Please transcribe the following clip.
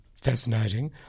fascinating